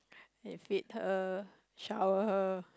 he feed her shower her